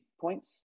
points